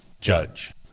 Judge